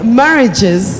marriages